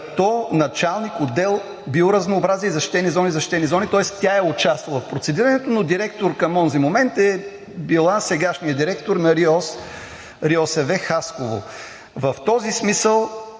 като началник-отдел „Биоразнообразие и защитени зони“. Тоест тя е участвала в процедирането, но директор към онзи момент е била сегашният директор на РИОСВ – Хасково. В този смисъл